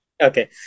okay